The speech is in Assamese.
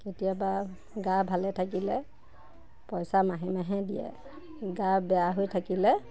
কেতিয়াবা গা ভালে থাকিলে পইচা মাহে মাহে দিয়ে গা বেয়া হৈ থাকিলে